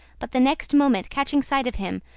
but the next moment catching sight of him,